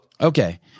Okay